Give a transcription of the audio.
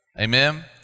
amen